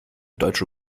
deutsche